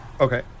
Okay